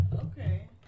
Okay